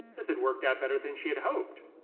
this had worked out better than she had hoped.